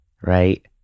right